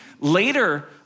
Later